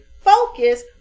focus